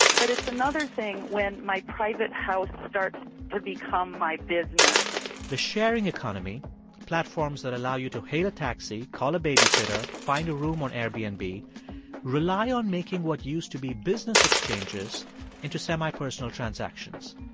but it's another thing when my private house starts to become my business the sharing economy platforms that allow you to hail a taxi, call a babysitter, find a room on airbnb rely on making what used to be business exchanges into semi-personal transactions.